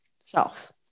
self